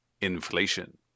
inflation